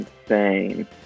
Insane